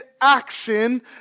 action